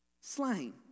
slain